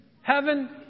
heaven